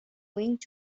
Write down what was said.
linked